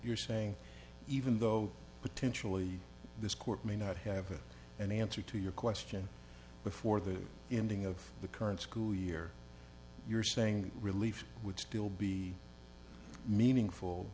're saying even though potentially this court may not have an answer to your question before the ending of the current school year you're saying relief would still be meaningful